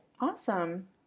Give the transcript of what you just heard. Awesome